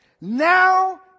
Now